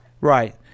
Right